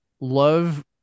love